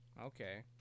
Okay